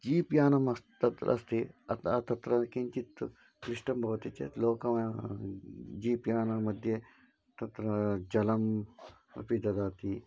jeep यानम् अस्ति तत्र अस्ति अतः तत्र किञ्चित् क्लिष्टं भवति चेत् लोकयानं जीप् यानं मध्ये तत्र जलम् अपि ददाति